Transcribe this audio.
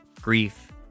grief